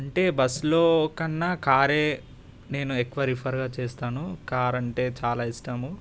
అంటే బస్సులో కన్నా కారే నేను ఎక్కువ రిఫర్గా చేస్తాను కార్ అంటే చాలా ఇష్టము